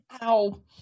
Ow